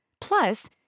Plus